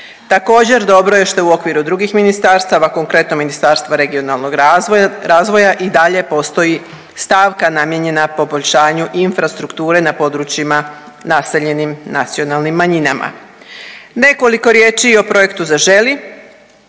Također dobro je što je u okviru drugih ministarstava konkretno Ministarstva regionalnog razvoja i dalje postoji stavka namijenjena poboljšanju infrastrukture na područjima naseljenim nacionalnim manjinama. Nekoliko riječi i o projektu Zaželi,